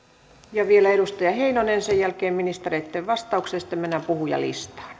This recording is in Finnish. vielä edustaja heinonen sen jälkeen ministereitten vastaukset ja sitten mennään puhujalistaan